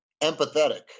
empathetic